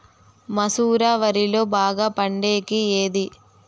మసూర వరిలో బాగా పండేకి ఏది?